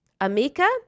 Amika